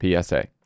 PSA